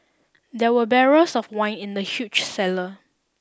there were barrels of wine in the huge cellar